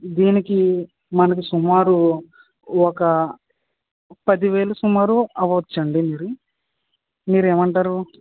దీనికి మనకు సుమారు ఒక పదివేలు సుమారు అవ్వచ్చు అండి మరి మీరు ఏమంటారు